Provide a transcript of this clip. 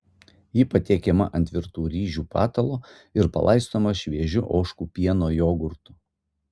ji patiekiama ant virtų ryžių patalo ir palaistoma šviežiu ožkų pieno jogurtu